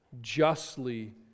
justly